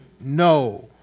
No